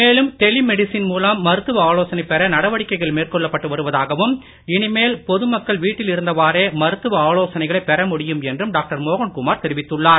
மேலும் telemedicine மூலம் மருத்துவ ஆலோசனை பெற நடவடிக்கைகள் இனிமேல் பொதுமக்கள் வீட்டில் இருந்தவாரே மருத்துவ ஆலோசனைகளை பெற முடியும் என்றும் டாக்டர் மோகன்குமார் தெரிவித்துள்ளார்